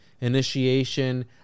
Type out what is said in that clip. initiation